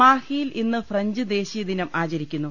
മാഹിയിൽ ഇന്ന് ഫ്രഞ്ച് ദേശീയദിനം ആചരിക്കുന്നു